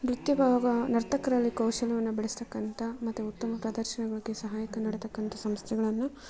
ನೃತ್ಯ ಭಾವ ನರ್ತಕರಲ್ಲಿ ಕೌಶಲ್ಯವನ್ನು ಬೆಳೆಸತಕ್ಕಂಥ ಮತ್ತು ಉತ್ತಮ ಪ್ರದರ್ಶನ ಬಗ್ಗೆ ಸಹಾಯಕ ನೀಡಕ್ಕಂಥ ಸಂಸ್ಥೆಗಳನ್ನು